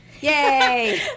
Yay